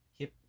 hip